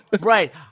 Right